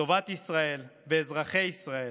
טובת ישראל ואזרחי ישראל,